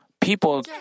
people